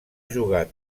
jugat